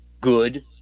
good